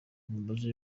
bamubaza